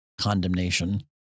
condemnation